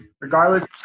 regardless